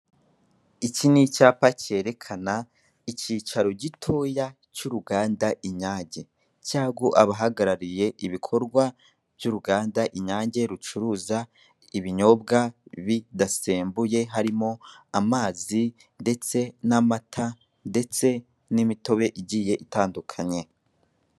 Iki ni icyapa kerekana ikicaro gitoya cy'uruganda Inyange, cyangwa abahagarariye ibikorwa by'uruganda Inyange rucuruza ibinyobwa bidasembuye, harimo: amazi, ndetse n'amata, ndetse n'imitobe igiye itandukanye.